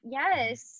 yes